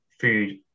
food